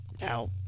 Now